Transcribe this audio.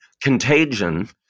Contagion